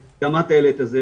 גם את העלית את זה